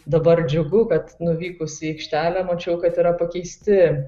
dabar džiugu kad nuvykusi į aikštelę mačiau kad yra pakeisti